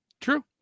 True